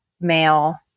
male